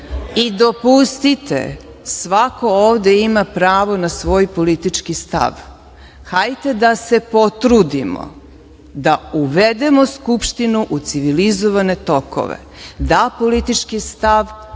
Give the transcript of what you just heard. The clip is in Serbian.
I dopustite, svako ovde ima pravo na svoj politički stav. Hajde da se potrudimo da uvedemo Skupštinu u civilizovane tokove, da politički stav,